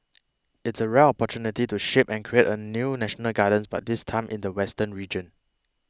it's a rare opportunity to shape and create a new national gardens but this time in the western region